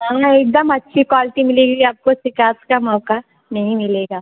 हां ना एकदम अच्छी क्वालिटी मिलेंगी आपको शिकायत का मौका नहीं मिलेगा